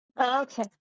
Okay